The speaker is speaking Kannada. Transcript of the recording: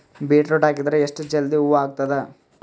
ಬೀಟರೊಟ ಹಾಕಿದರ ಎಷ್ಟ ಜಲ್ದಿ ಹೂವ ಆಗತದ?